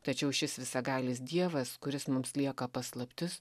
tačiau šis visagalis dievas kuris mums lieka paslaptis